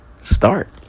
start